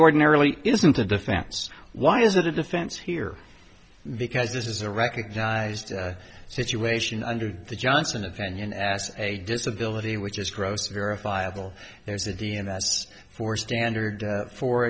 ordinarily isn't the defense why is it a defense here because this is a recognized situation under the johnson opinion as a disability which is gross verifiable there's a d m s for standard for